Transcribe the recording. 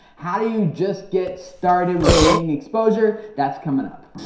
how do you just get started with gaining exposure? that's coming up.